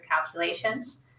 calculations